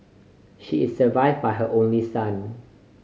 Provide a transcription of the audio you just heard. she is survived by her only son